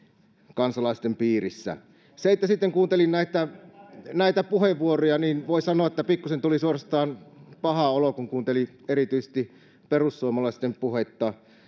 kansalaisten piirissä sitten kun kuuntelin näitä näitä puheenvuoroja niin voi sanoa että pikkusen tuli suorastaan paha olo erityisesti perussuomalaisten puhetta